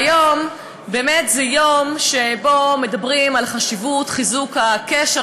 היום זה יום שבו מדברים על חשיבות חיזוק הקשר,